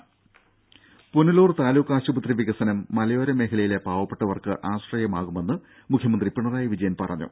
രും പുനലൂർ താലൂക്ക് ആശുപത്രി വികസനം മലയോര മേഖലയിലെ പാവപ്പെട്ടവർക്ക് ആശ്രയമാകുമെന്ന് മുഖ്യമന്ത്രി പിണറായി വിജയൻ പറഞ്ഞു